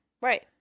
right